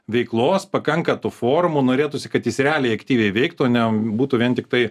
veiklos pakanka tų formų norėtųsi kad jis realiai aktyviai veiktų ne būtų vien tiktai